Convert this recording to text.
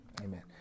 Amen